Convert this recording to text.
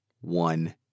one